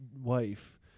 wife